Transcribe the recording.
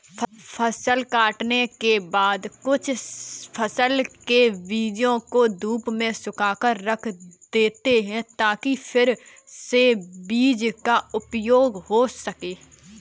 फसल काटने के बाद कुछ फसल के बीजों को धूप में सुखाकर रख लेते हैं ताकि फिर से बीज का उपयोग हो सकें